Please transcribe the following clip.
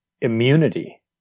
immunity